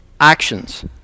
actions